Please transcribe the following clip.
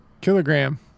Kilogram